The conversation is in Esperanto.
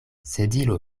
sedilo